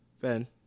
Ben